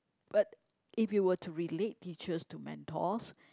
but if you were to relate teachers to mentors